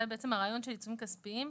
זה בעצם הרעיון של עיצומים כספיים.